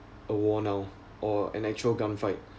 a war now or an actual gun fight